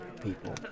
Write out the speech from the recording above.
people